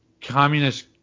communist